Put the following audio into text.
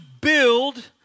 build